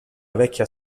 vecchia